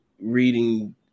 reading